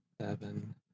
Seven